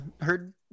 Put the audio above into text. heard